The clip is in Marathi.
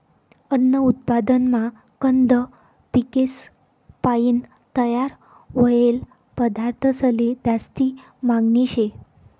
अन्न उत्पादनमा कंद पिकेसपायीन तयार व्हयेल पदार्थंसले जास्ती मागनी शे